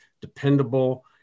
dependable